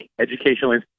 educational